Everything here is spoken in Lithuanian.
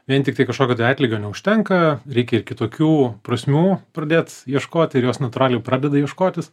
vien tiktai kažkokio tai atlygio neužtenka reikia ir kitokių prasmių pradėt ieškoti ir jos natūraliai pradeda ieškotis